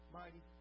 mighty